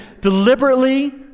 deliberately